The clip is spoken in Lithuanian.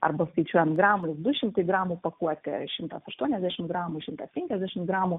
arba skaičiuojant gramais du šimtai gramų pakuotė šimtas aštuoniasdešim gramų šimtas penkiasdešim gramų